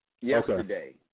Yesterday